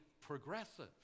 progressive